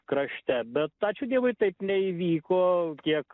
krašte bet ačiū dievui taip neįvyko kiek